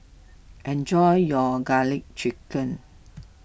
enjoy your Garlic Chicken